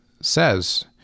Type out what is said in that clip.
says